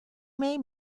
may